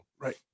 Right